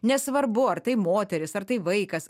nesvarbu ar tai moteris ar tai vaikas